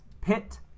Pit